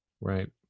Right